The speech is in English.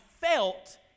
felt